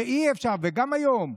וגם היום.